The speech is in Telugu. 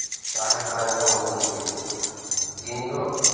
సహాయకరంగా ఉంటుంది దీనిలో